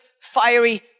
fiery